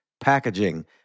packaging